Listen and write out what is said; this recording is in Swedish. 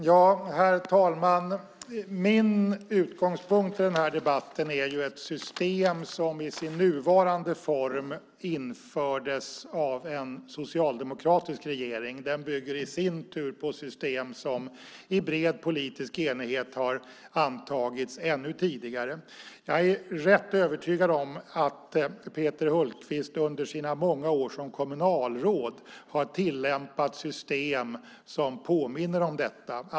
Herr talman! Min utgångspunkt i den här debatten är ett system som i sin nuvarande form infördes av en socialdemokratisk regering. Den bygger i sin tur på system som i bred politisk enighet har antagits ännu tidigare. Jag är rätt övertygad om att Peter Hultqvist under sina många år som kommunalråd har tillämpat system som påminner om detta.